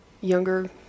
younger